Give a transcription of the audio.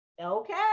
Okay